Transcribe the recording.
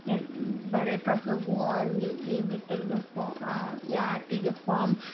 भरे था सघूं और ही ई मित्र जो ई आर टी जो फॉम